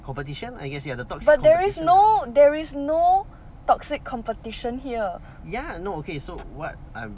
but there is no there is no toxic competition here